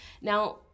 Now